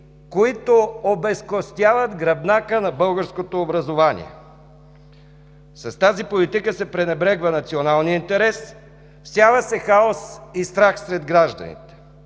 които обезкостяват гръбнака на българското образование. С тази политика се пренебрегва националният интерес, всява се хаос и страх сред гражданите.